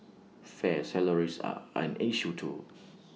fair salaries are an issue too